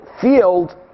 field